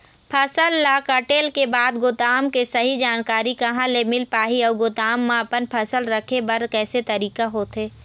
फसल ला कटेल के बाद गोदाम के सही जानकारी कहा ले मील पाही अउ गोदाम मा अपन फसल रखे बर कैसे तरीका होथे?